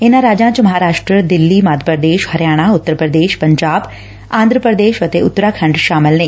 ਇਨਾਂ ਸੁਬਿਆਂ ਚ ਮਹਾਰਾਸ਼ਟਰ ਦਿੱਲੀ ਮੱਧ ਪ੍ਰਦੇਸ਼ ਹਰਿਆਣਾ ਉੱਤਰ ਪ੍ਰਦੇਸ਼ ਪੰਜਾਬ ਆਂਧਰਾ ਪ੍ਰਦੇਸ਼ ਅਤੇ ਉਤਰਾਖੰਡ ਸ਼ਾਮਲ ਨੇ